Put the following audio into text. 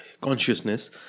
consciousness